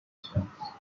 assistance